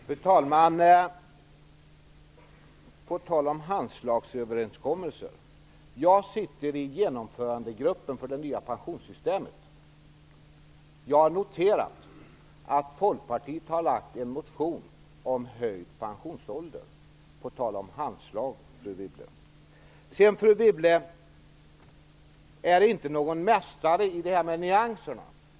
Fru talman! På tal om handslagsöverenskommelser sitter jag i genomförandegruppen för det nya pensionssystemet. Jag har noterat att Folkpartiet har väckt en motion om höjd pensionsålder. Detta på tal om handslag, fru Wibble. Fru Wibble är inte någon mästare i det här med nyanser.